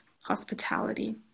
hospitality